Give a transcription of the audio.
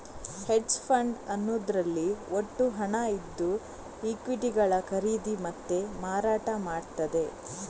hedge fund ಅನ್ನುದ್ರಲ್ಲಿ ಒಟ್ಟು ಹಣ ಇದ್ದು ಈಕ್ವಿಟಿಗಳ ಖರೀದಿ ಮತ್ತೆ ಮಾರಾಟ ಮಾಡ್ತದೆ